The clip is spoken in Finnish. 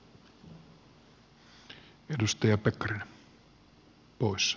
arvoisa puhemies